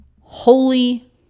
Holy